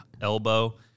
elbow